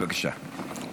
בבקשה.